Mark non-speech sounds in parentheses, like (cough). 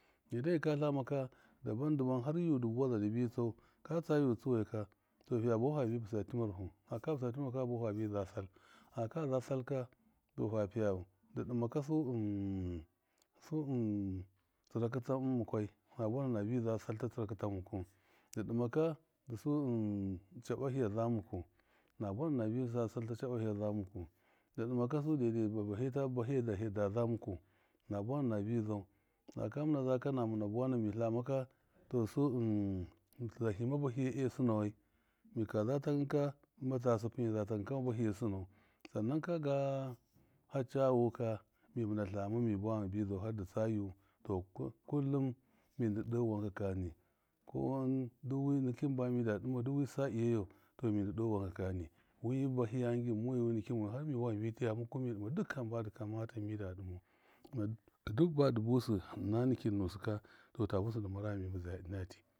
Midai mika tlama kada bamda bam, har yudi baza libinsau ka tsayu tsuwai katɔ fiya bafu fabi bɨsa timerfu faka bɨsa timerfu kafa bafu fabi za sal, haka za sal katɔ fa piyau dɨ ɗɨma kasu (hesitation) zu (hesitation) tsɨrakɨ ta mukwai na buwana nabi salta tsirakɨ ta muku, dɨ dɨma kasu (hesitation) caba hiyaza muku, nabuwana nabi zasal ta cabahiya za muku, dɨ dɨmaka su daidai taba bahi edaza muku, na buwana nabi zau, naka mɨna zakana mɨna buwana, mi tlamaka tɔ su (hesitation) ṫɨn- zahṫɨ ma bahiye e sɨnawai, mika za takɨn kama ta sɨpɨm, miza takṫɨn kama bahiye sɨne sannan kaga, hacawu ka, mimɨn tlama mi buwama mibi zau hardɨ hardṫɨ tsayu tɔ k- kullum mindṫɨ wankakani, kɔwan duk wi niki bami da dɨmau duwi sa. A yayo mindɨ dɔ wanka kani wi bahiya ngim mɔyu, wi nikim mɔyu, har mibu wama mibi tiyaya muku mi dɨma dukkan hamba mida dɨmau, kuma duk bada busɨ ɨna nikin nusi katɔ ta busɨ dɨmara mami mbɨzaya mati.